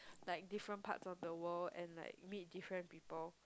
like different parts of the world and like meet different people